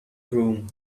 broom